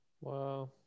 Wow